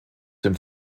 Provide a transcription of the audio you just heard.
dem